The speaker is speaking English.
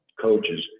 coaches